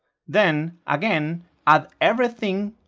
then again add everything,